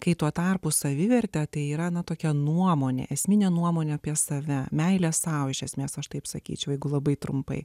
kai tuo tarpu savivertę tai yra na tokia nuomonė esminė nuomonė apie save meilę sau iš esmės aš taip sakyčiau jeigu labai trumpai